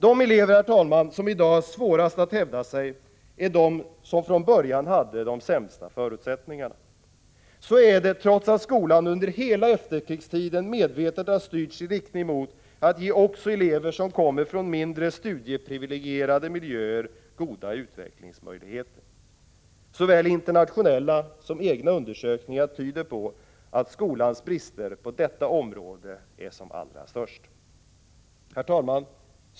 De elever, herr talman, som i dag har svårast att hävda sig är de som från början hade de sämsta förutsättningarna. Så är det trots att skolan under hela efterkrigstiden medvetet har styrts i riktning mot att ge också elever som kommer från mindre studieprivilegierade miljöer goda utvecklingsmöjligheter. Såväl internationella som egna undersökningar tyder på att skolans brister på detta område är allra störst. Herr talman!